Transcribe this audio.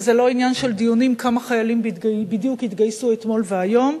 וזה לא עניין של דיונים כמה חיילים בדיוק התגייסו אתמול והיום,